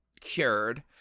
cured